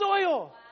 soil